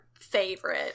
favorite